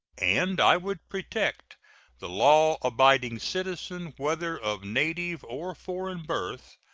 and i would protect the law-abiding citizen, whether of native or foreign birth,